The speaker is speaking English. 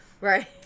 Right